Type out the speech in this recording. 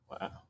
Wow